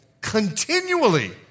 continually